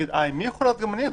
אם היא יכולה, גם אני יכול.